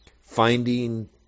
finding